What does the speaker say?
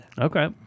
Okay